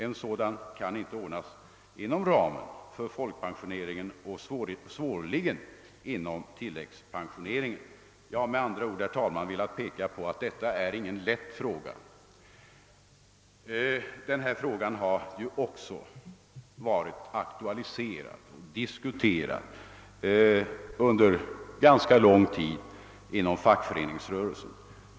En sådan kan inte ordnas inom ramen för folkpensioneringen och svårligen inom ramen för tilläggspensioneringen. Jag har med dessa ord, herr talman, velat peka på att detta inte är någon lätt fråga. Den har också varit aktualiserad och diskuterad under lång tid inom fackföreningsrörelsen.